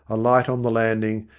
a light on the landing,